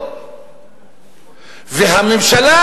והממשלה,